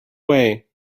way